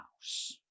house